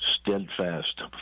steadfast